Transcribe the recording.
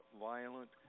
violent